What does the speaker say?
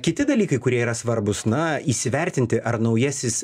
kiti dalykai kurie yra svarbūs na įsivertinti ar naujasis